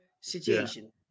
situation